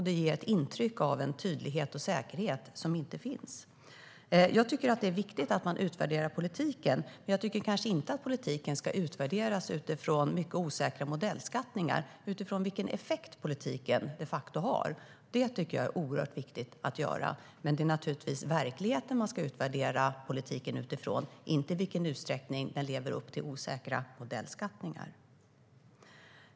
Det ger intryck av en tydlighet och säkerhet som inte finns. Jag tycker att det är viktigt att man utvärderar politiken. Men jag tycker kanske inte att politiken ska utvärderas utifrån mycket osäkra modellskattningar utifrån vilken effekt politiken har. Det tycker jag är oerhört viktigt att göra. Men det är naturligtvis verkligheten man ska utvärdera politiken utifrån, inte i vilken utsträckning den lever upp till osäkra modellskattningar.